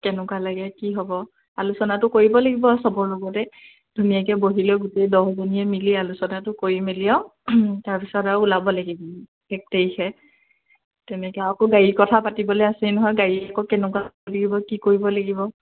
কেনেকুৱা লাগে কি হ'ব আলোচনাটো কৰিব লাগিব চবৰ লগতে ধুনীয়াকৈ বহি লৈ গোটেই দহজনীয়ে মিলি আলোচনাটো কৰি মেলি আৰু তাৰ পিছত আৰু ওলাব লাগিব এক তাৰিখে তেনেকৈ আকৌ গাড়ীৰ কথা পাতিবলৈ আছেই নহয় গাড়ী আকৌ কেনেকুৱা লাগিব কি কৰিব লাগিব